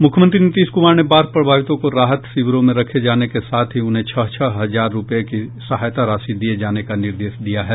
मुख्यमंत्री नीतीश कुमार ने बाढ़ प्रभावितों को राहत शिवरों में रखे जाने के साथ ही उन्हें छह छह हजार रुपये की सहायता राशि दिये जाने का निर्देश दिया है